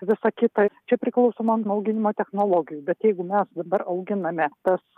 visa kita čia priklausoma nuo auginimo technologijų bet jeigu mes dabar auginame tas